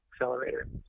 accelerator